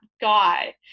guy